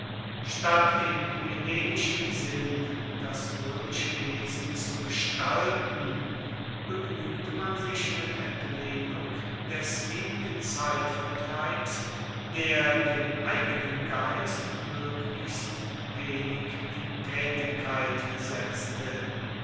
statt im hellenischen sinn das römische wesen zu gestalten begnügte man sich mit entlehnung desjenigen zeitvertreibs der den eigenen geist möglichst wenig in tätigkeit setzte